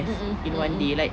mmhmm mmhmm